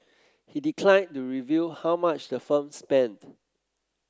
he declined to reveal how much the firm spent